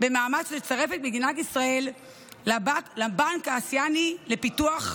במאמץ לצרף את מדינת ישראל לבנק האסייני לפיתוח,